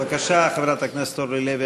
בבקשה, חברת הכנסת אורלי לוי.